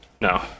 No